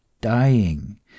dying